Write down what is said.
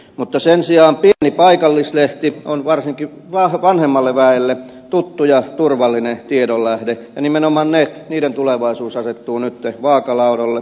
mutta sen sijaan pieni paikallislehti on varsinkin vanhemmalle väelle tuttu ja turvallinen tiedon lähde ja nimenomaan niiden tulevaisuus asettuu nyt vaakalaudalle